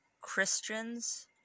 Christians